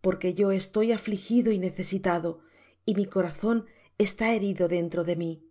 porque yo estoy afligido y necesitado y mi corazón está herido dentro de mí